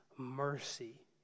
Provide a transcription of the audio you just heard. mercy